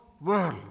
world